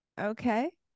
okay